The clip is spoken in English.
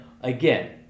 Again